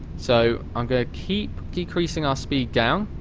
so, i'm gonna keep decreasing our speed down,